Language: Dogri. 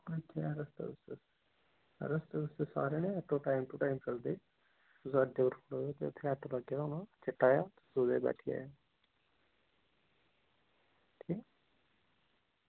अस इत्थें ऐं रस्तै च रस्तै सारै गी ऑटो टाईम टू टाईम चलदे तुस अड्डे पर खड़ो ते उत्थें ऑटो लग्गे दा होनां चिट्टा ओह्दे च बैठी जायो ठीक ऐ चलो ठीक ऐ